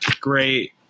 great